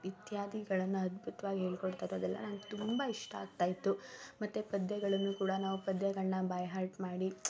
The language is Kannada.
ಇತ್ಯಾದಿಗಳನ್ನು ಅದ್ಭುತವಾಗಿ ಹೇಳಿಕೊಡ್ತಾರೆ ಅದೆಲ್ಲ ನಂಗೆ ತುಂಬ ಇಷ್ಟ ಆಗ್ತಾಯಿತ್ತು ಮತ್ತು ಪದ್ಯಗಳನ್ನು ಕೂಡ ನಾವು ಪದ್ಯಗಳನ್ನ ಬೈ ಹಾರ್ಟ್ ಮಾಡಿ